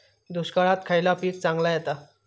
दुष्काळात खयला पीक चांगला येता?